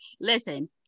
Listen